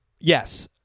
yes